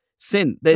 sin